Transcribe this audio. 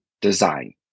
design